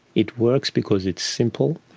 it works because it's simple,